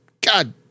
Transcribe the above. God